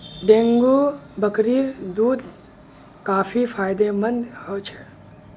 dengue बकरीर दूध काफी फायदेमंद ह छ